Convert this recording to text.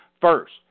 first